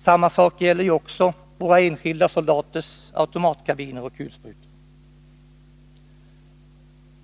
Samma sak gäller ju också våra enskilda soldaters automatkarbiner och kulsprutor.